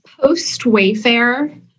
Post-Wayfair